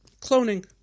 Cloning